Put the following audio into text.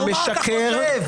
אתה משקר.